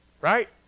Right